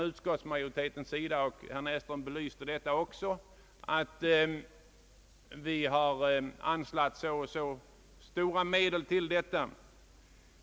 Utskottsmajoriteten har här sagt — och herr Näsström har också belyst detta — att vi har givit så och så stora anslag till detta ändamål.